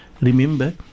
remember